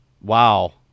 Wow